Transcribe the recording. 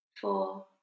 four